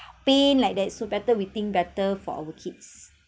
pain like that so better we think better for our kids